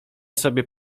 sobie